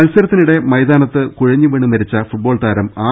മത്സരത്തിനിടെ മൈതാനത്ത് കുഴഞ്ഞുവീണു മരിച്ച ഫുട്ബോൾ താരം ആർ